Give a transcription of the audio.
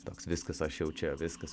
toks viskas aš jau čia viskas